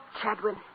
Chadwin